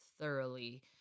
thoroughly